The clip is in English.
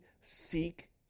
seek